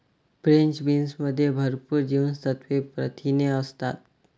French बीन्समध्ये भरपूर जीवनसत्त्वे, प्रथिने असतात